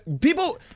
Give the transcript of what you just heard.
People